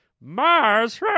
Mars